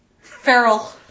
Feral